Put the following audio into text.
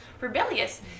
rebellious